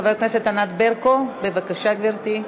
חברת הכנסת ענת ברקו, בבקשה, גברתי.